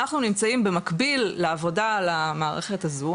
אנחנו נמצאים במקביל לעבודה על המערכת הזו,